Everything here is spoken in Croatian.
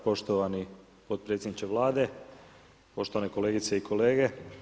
Poštovani potpredsjedniče Vlade, poštovane kolegice i kolege.